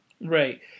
Right